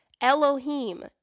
Elohim